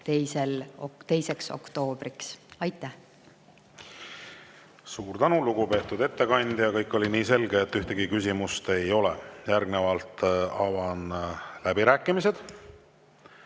2. oktoobriks. Aitäh! Suur tänu, lugupeetud ettekandja! Kõik oli nii selge, et ühtegi küsimust ei ole. Järgnevalt avan läbirääkimised.